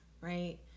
right